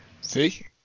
See